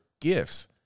gifts